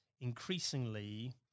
increasingly